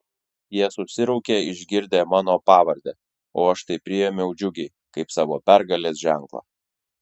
jie susiraukė išgirdę mano pavardę o aš tai priėmiau džiugiai kaip savo pergalės ženklą